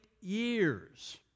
years